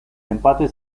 empate